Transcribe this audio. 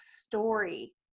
story